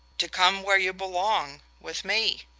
to come where you belong with me.